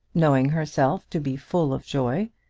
knowing herself to be full of joy,